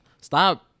stop